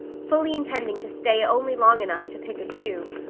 fully intending to stay only long enough to pick a chew.